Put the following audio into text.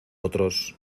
otros